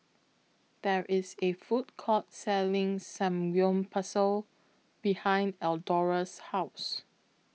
There IS A Food Court Selling Samgeyopsal behind Eldora's House